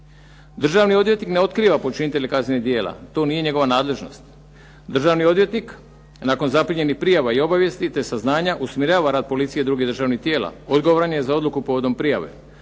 Državni odvjetnik ne otkriva počinitelje kaznenih djela, to nije njegova nadležnost. Državni odvjetnik nakon zaprimljenih prijava i obavijesti te saznanja usmjerava rad policije i drugih državnih tijela, odgovoran je za odluku povodom prijave.